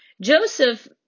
Joseph